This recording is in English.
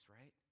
right